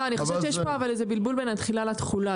אני חושבת שיש פה איזה בלבול בין התחילה לתלולה.